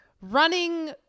Running